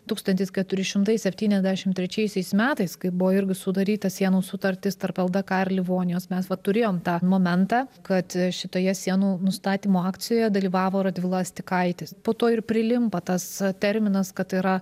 tūkstantis keturi šimtai septyniasdešimt trečiaisiais metais kai buvo irgi sudaryta sienų sutartis tarp ldk ir livonijos mes vat turėjom tą momentą kad šitoje sienų nustatymo akcijoje dalyvavo radvila astikaitis po to ir prilimpa tas terminas kad yra